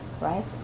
right